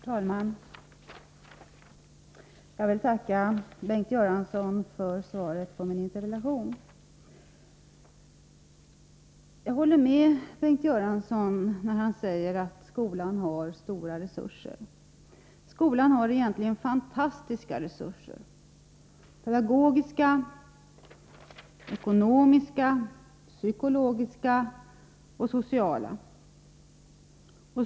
Herr talman! Jag vill tacka Bengt Göransson för svaret på min interpellation. Jag håller med Bengt Göransson när han säger att skolan har stora resurser. Skolan har egentligen fantastiska resurser: pedagogiska, ekonomiska, psykologiska och sociala.